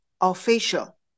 official